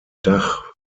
dach